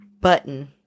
button